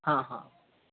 हा हा